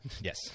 yes